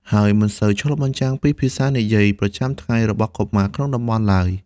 ហើយមិនសូវឆ្លុះបញ្ចាំងពីភាសានិយាយប្រចាំថ្ងៃរបស់កុមារក្នុងតំបន់ឡើយ។